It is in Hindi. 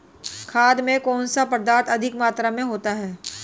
खाद में कौन सा पदार्थ अधिक मात्रा में होता है?